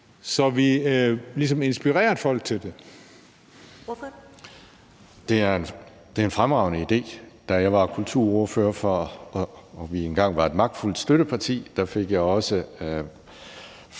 16:15 Alex Ahrendtsen (DF): Det er en fremragende idé. Da jeg var kulturordfører og vi engang var et magtfuldt støtteparti, fik jeg også